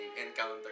encounter